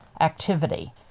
activity